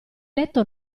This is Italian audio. letto